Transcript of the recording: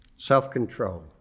Self-control